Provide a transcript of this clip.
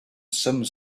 some